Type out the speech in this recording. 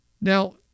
Now